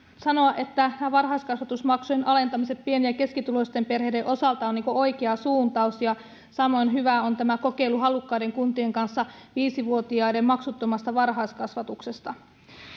sanoa että nämä varhaiskasvatusmaksujen alentamiset pieni ja keskituloisten perheiden osalta ovat oikea suuntaus ja samoin hyvää on tämä kokeilu halukkaiden kuntien kanssa viisi vuotiaiden maksuttomasta varhaiskasvatuksesta